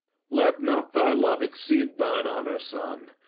let not thy love exceed thine honour, son,